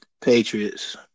Patriots